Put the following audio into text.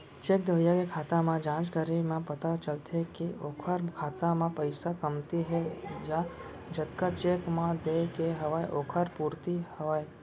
cheque देवइया के खाता म जाँच करे म पता चलथे के ओखर खाता म पइसा कमती हे या जतका चेक म देय के हवय ओखर पूरति हवय